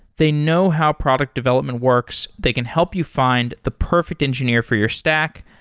they know how product development works. they can help you find the perfect engineer for your stack,